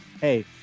hey